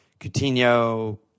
Coutinho